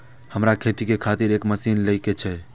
हमरा खेती के खातिर एक मशीन ले के छे?